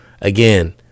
Again